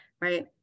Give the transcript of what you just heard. right